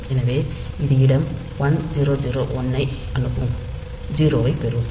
எனவே இது இடம் 1001 ஐ அணுகும் 0 ஐப் பெறும்